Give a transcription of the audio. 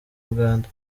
uganda